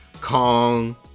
Kong